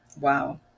wow